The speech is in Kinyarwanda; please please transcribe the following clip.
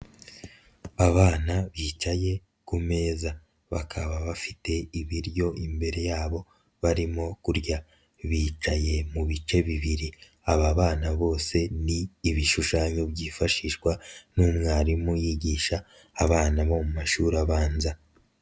Abana bicaye ku meza, bakaba bafite ibiryo imbere yabo barimo kurya, bicaye mu bice bibiri, aba bana bose ni ibishushanyo byifashishwa n'umwarimu yigisha abana bo mu mashuri abanza.